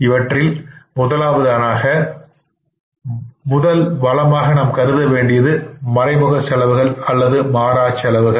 இவற்றில் முதலாவதான முதலாம் வளமாக நாம் கருத வேண்டியது மறைமுக செலவுகள் அல்லது மாறாச் செலவுகள்